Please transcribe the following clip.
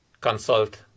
consult